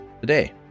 Today